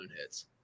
hits